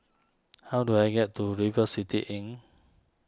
how do I get to River City Inn